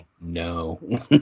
No